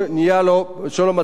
וכך אכן יהיה.